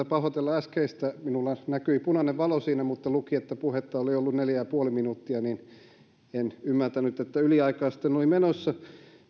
pahoitella äskeistä minulla näkyi punainen valo siinä mutta luki että puhetta oli ollut neljä ja puoli minuuttia joten en ymmärtänyt että yliaikaa sitten olin menossa